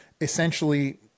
essentially